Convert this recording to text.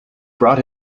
brought